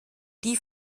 die